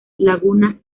lagunas